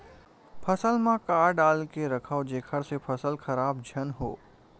फसल म का डाल के रखव जेखर से फसल खराब झन हो?